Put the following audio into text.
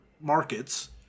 markets